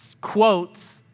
quotes